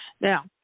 Now